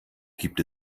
gibt